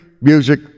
Music